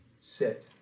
Sit